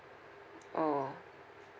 orh